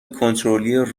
کنترلی